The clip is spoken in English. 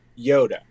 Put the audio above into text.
Yoda